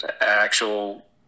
actual